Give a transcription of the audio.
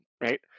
right